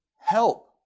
help